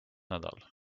nädal